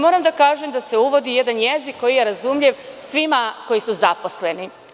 Moram da kažem da se uvodi jedan jezik koji je razumljiv svima koji su zaposleni.